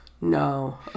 no